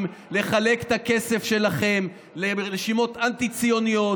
לחלק את הכסף שלכם לרשימות אנטי-ציוניות.